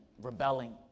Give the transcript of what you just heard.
rebelling